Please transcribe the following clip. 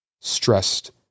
stressed